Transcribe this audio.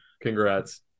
Congrats